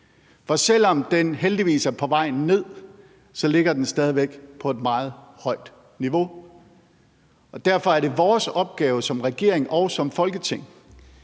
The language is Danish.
For selv om den heldigvis er på vej ned, ligger den stadig væk på et meget højt niveau, og derfor er det vores opgave som regering og som Folketing